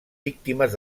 víctimes